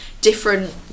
different